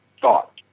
thought